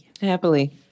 happily